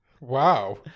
Wow